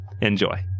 Enjoy